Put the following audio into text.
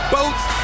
Boats